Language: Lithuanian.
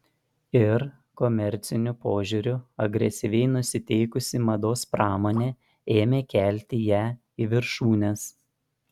ir komerciniu požiūriu agresyviai nusiteikusi mados pramonė ėmė kelti ją į viršūnes